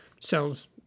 cells